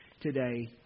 today